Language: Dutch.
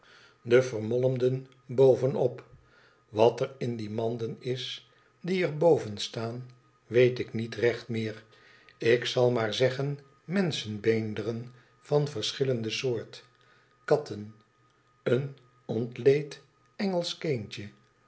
de vermolmden bovenop wat er in die manden is die er boven staan weet ik niet recht meer ik zal maar zeggen menschenbeenderen van verschillende soort katten een ontleed engelsch kindje